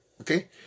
Okay